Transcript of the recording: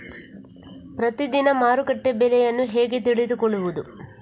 ಪ್ರತಿದಿನದ ಮಾರುಕಟ್ಟೆ ಬೆಲೆಯನ್ನು ಹೇಗೆ ತಿಳಿದುಕೊಳ್ಳುವುದು?